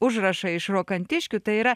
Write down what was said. užrašai iš rokantiškių tai yra